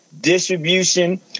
distribution